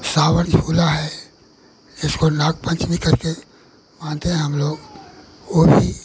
सावन झूला है इसको नागपंचमी करके मानते हैं हम लोग और भी